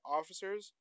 officers